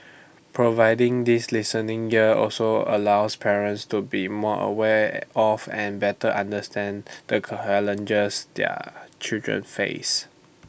providing this listening ear also allows parents to be more aware of and better understand the challenges their children face